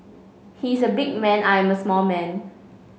he is a big man I am a small man